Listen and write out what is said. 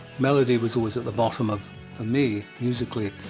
melody was always at the bottom of, for me musically,